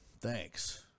thanks